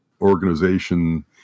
organization